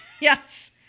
Yes